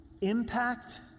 impact